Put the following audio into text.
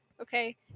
okay